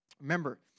Remember